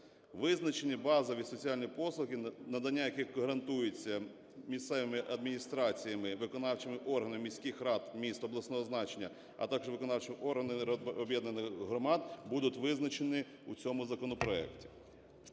Визначені базові соціальні послуги, надання яких гарантується місцевими адміністраціями, виконавчими органами міських рад, міст обласного значення, а також виконавчими органами об'єднаних громад, будуть визначені у цьому законопроекті.